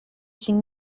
cinc